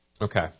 Okay